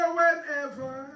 whenever